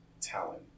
talent